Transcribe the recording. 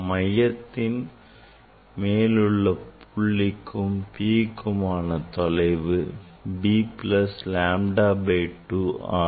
மையத்தின் மேலுள்ள புள்ளிக்கும் Pக்குமான தொலைவு b plus lambda by 2 ஆகும்